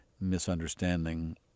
misunderstanding